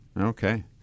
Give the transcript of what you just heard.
Okay